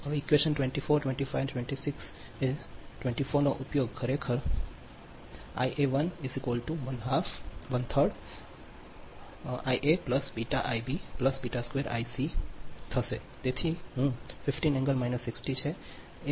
હવે ઇક્વેશન 24 25 અને 26 કે 24 નો ઉપયોગ ખરેખર તેથી તે છે તે હું 15 60 ° છે ઇબ તમારા 10 30 to બરાબર છે